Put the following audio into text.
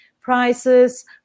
prices